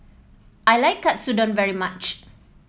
I like Katsudon very much